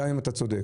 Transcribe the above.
גם אם אתה צודק.